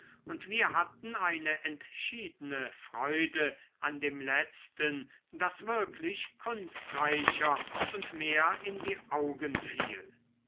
und wir hatten eine entschiedene freude an dem letzten das wirklich kunstreicher und mehr in die augen fiel